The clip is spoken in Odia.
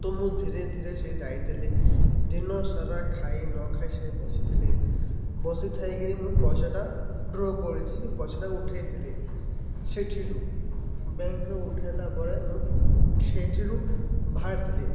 ତ ମୁଁ ଧୀରେ ଧୀରେ ସେ ଯାଇଥିଲି ଦିନ ସାରା ଖାଇ ନ ଖାଇ ସେଇଠି ବସିଥିଲେ ବସି ଥାଇ କିରି ମୁଁ ପଇସାଟା ଡ୍ର କରିଛି କି ପଇସାଟା ଉଠେଇ ଥିଲେ ସେଇଠିରୁ ବ୍ୟାଙ୍କ୍ର ଉଠାଇଲା ପରେ ମୁଁ ସେଇଠିରୁ ବାହାରି ଥିଲି